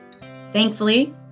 Thankfully